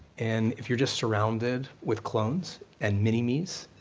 and if you're just surrounded with clones and mini-mes,